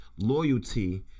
loyalty